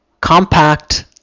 compact